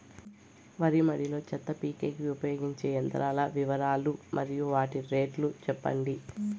వరి మడి లో చెత్త పీకేకి ఉపయోగించే యంత్రాల వివరాలు మరియు వాటి రేట్లు చెప్పండి?